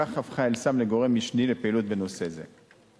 כך הפכה "אל סם" לגורם משני בפעילות בנושא זה.